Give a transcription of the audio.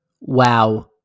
Wow